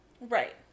Right